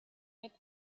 with